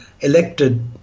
elected